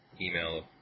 email